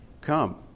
Come